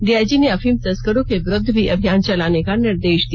DIG ने अफीम तस्करों के विरुद्ध भी अभियान चलाने का निर्देश दिया